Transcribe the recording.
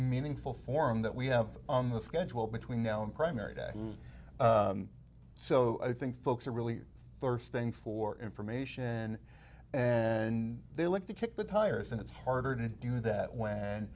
meaningful forum that we have on the schedule between now and primary day so i think folks are really thirsting for information and they like to kick the tires and it's harder to do that when